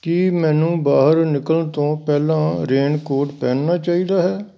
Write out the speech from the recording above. ਕੀ ਮੈਨੂੰ ਬਾਹਰ ਨਿਕਲਣ ਤੋਂ ਪਹਿਲਾਂ ਰੇਨਕੋਟ ਪਹਿਨਣਾ ਚਾਹੀਦਾ ਹੈ